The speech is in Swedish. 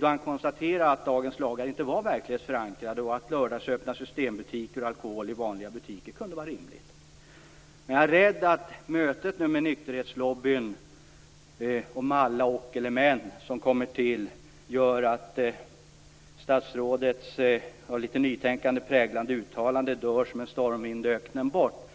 då han konstaterade att dagens lagar inte är verklighetsförankrade och att lördagsöppna systembutiker och alkohol i vanliga butiker kunde vara rimligt. Jag är dock rädd för att mötet med nykterhetslobbyn och med alla de om och men som kommer till gör att statsrådets av litet nytänkande präglade uttalande kommer att dö som en stormvind i öknen bort.